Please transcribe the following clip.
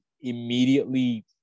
immediately